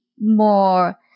more